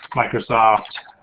microsoft.